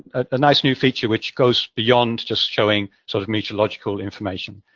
a nice new feature which goes beyond just showing sort of meteorological information.